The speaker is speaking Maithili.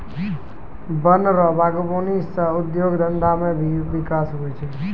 वन रो वागबानी सह उद्योग धंधा मे भी बिकास हुवै छै